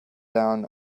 down